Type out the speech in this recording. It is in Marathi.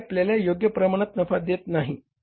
D आपल्याला योग्य प्रमाणात नफा देत नाही